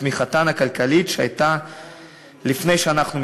את התמיכה הכלכלית שהייתה לפני שאנחנו,